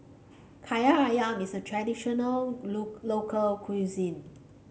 Kaki ayam is a traditional local cuisine